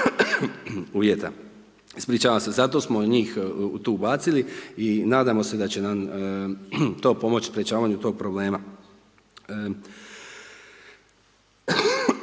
uvjeta. Zato smo njih tu ubacili i nadamo se da će nam to pomoći u sprječavanju toga problema.